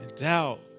doubt